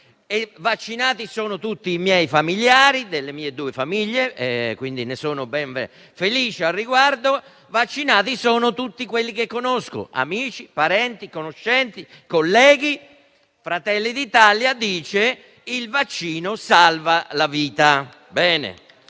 Vaccinati sono tutti i miei familiari, delle mie due famiglie; e sono ben felice al riguardo. Vaccinati sono tutti quelli che conosco: amici, parenti, conoscenti e colleghi. Fratelli d'Italia dice: il vaccino salva la vita.